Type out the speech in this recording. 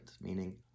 meaning